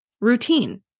Routine